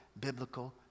biblical